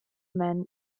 men